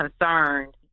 concerned